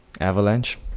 avalanche